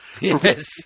Yes